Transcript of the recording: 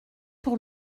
pour